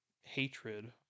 hatred